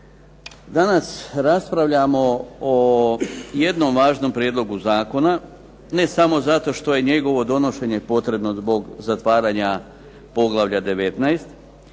Danas raspravljamo o jednom važnom prijedlogu zakona, ne samo zato što je njegovo donošenje potrebno zbog zatvaranja poglavlja 19